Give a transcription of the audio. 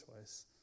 choice